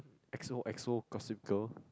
X O X O Gossip Girl